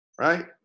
right